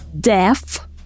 deaf